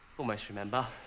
almost remember.